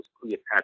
Cleopatra